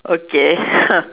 okay